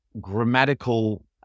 grammatical